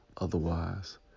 otherwise